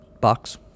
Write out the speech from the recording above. box